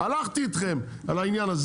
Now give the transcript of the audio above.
הלכתי אתכם על העניין הזה.